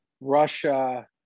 Russia